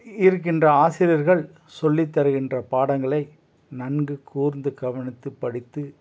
இருக்கின்ற ஆசிரியர்கள் சொல்லி தருகின்ற பாடங்களை நன்கு கூர்ந்து கவனித்து படித்து